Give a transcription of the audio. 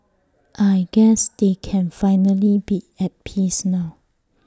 I guess they can finally be at peace now